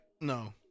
No